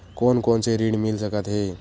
कोन कोन से ऋण मिल सकत हे?